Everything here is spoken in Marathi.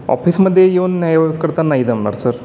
ऑफिसमध्ये येऊन करता नाही जमणार सर